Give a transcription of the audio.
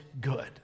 good